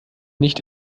nicht